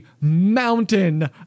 mountain